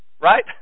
right